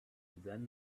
then